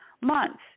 months